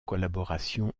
collaboration